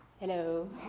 Hello